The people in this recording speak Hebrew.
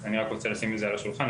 אני רק רוצה לשים את זה על השולחן,